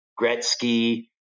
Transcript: Gretzky